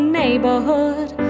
neighborhood